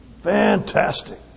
Fantastic